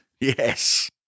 Yes